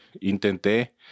intenté